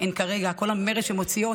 כל המרץ שהן מוציאות,